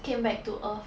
came back to earth